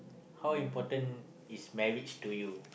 how important is marriage to you